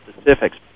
specifics